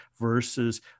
versus